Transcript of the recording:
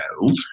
no